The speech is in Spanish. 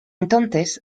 entonces